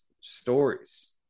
stories